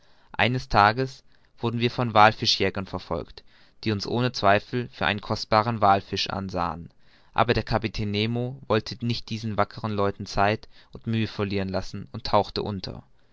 eines tages wurden wir von wallfischjägern verfolgt die uns ohne zweifel für einen kostbaren wallfisch ansahen aber der kapitän nemo wollte nicht diese wackeren leute zeit und mühe verlieren lassen und tauchte unter